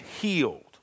healed